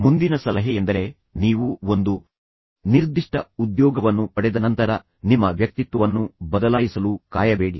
ಮುಂದಿನ ಸಲಹೆಯೆಂದರೆ ನೀವು ಒಂದು ನಿರ್ದಿಷ್ಟ ಉದ್ಯೋಗವನ್ನು ಪಡೆದ ನಂತರ ನಿಮ್ಮ ವ್ಯಕ್ತಿತ್ವವನ್ನು ಬದಲಾಯಿಸಲು ಕಾಯಬೇಡಿ